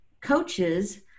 coaches